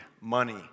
money